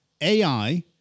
AI